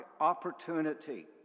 opportunity